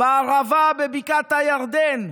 בערבה, בבקעת הירדן,